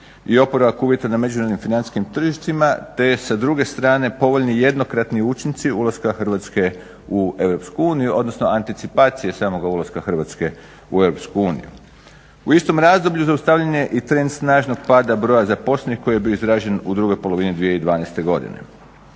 i oporavak uvjeta na međunarodnim financijskim tržištima te sa druge strane povoljni jednokratni učinci ulaska Hrvatske u EU, odnosno anticipacije samoga ulaska Hrvatske u EU. U istom razdoblju zaustavljen je i trend snažnog pada broja zaposlenih koji je bio izražen u drugoj polovini 2012. godine.